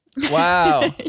wow